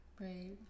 Right